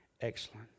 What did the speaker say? excellent